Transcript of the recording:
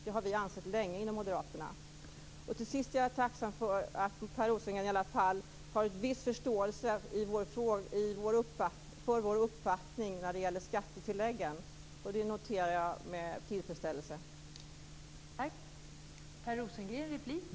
Det har vi ansett länge inom Till sist är jag tacksam för att Per Rosengren i alla fall har en viss förståelse för vår uppfattning när det gäller skattetilläggen. Det noterar jag med tillfredsställelse.